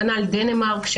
כנ"ל דנמרק,